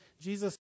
Jesus